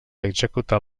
executar